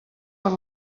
per